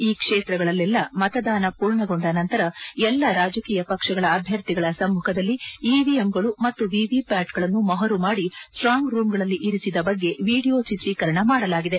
ಈ ಕ್ಷೇತ್ರಗಳಲೆಲ್ಲ ಮತೆದಾನ ಪೂರ್ಣಗೊಂಡ ನಂತರ ಎಲ್ಲಾ ರಾಜಕೀಯ ಪಕ್ಷಗಳ ಅಭ್ಯರ್ಥಿಗಳ ಸಮ್ಮುಖದಲ್ಲಿ ಇವಿಎಮ್ಗಳು ಮತ್ತು ವಿವಿಪ್ಯಾಟ್ಗಳನ್ನು ಮೊಹರು ಮಾದಿ ಸ್ವಾಂಗ್ ರೂಂಗಳಲ್ಲಿ ಇರಿಸಿದ ಬಗ್ಗೆ ವಿದಿಯೋ ಚಿತ್ರೀಕರಣ ಮಾಡಲಾಗಿದೆ